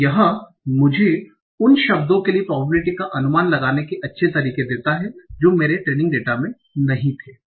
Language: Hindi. तो यह मुझे उन शब्दों के लिए probability का अनुमान लगाने के अच्छे तरीके देता है जो मेरे ट्रेनिंग डेटा में नहीं थे